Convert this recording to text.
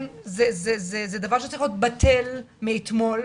זה דבר שצריך להיות בטל מאתמול.